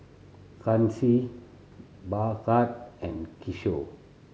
Kanshi Bhagat and Kishore